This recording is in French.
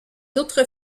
autres